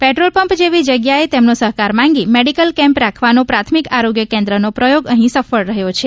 petrol pump જેવી જગ્યાએ તેમનો સહકાર માંગી મેડિકલ કેમ્પ રાખવાનો પ્રાથમિક આરોગ્ય કેન્દ્રનો પ્રયોગ અહીં સફળ રહ્યો છે